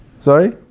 Sorry